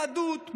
יהדות,